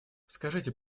скажите